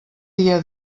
dia